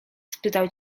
spytał